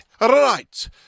Right